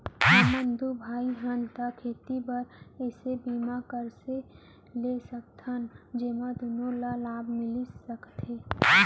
हमन दू भाई हन ता खेती बर ऐसे बीमा कइसे ले सकत हन जेमा दूनो ला लाभ मिलिस सकए?